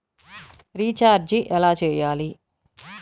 Recharge ఎలా చెయ్యాలి?